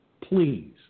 please